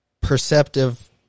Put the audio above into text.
perceptive